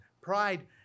Pride